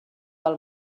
del